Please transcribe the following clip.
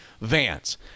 Vans